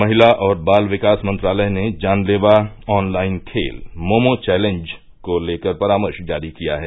महिला और बाल विकास मंत्रालय ने जानलेवा ऑनलाइन खेल मोमो चैलेंज को लेकर परामर्श जारी किया है